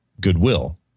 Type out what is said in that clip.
goodwill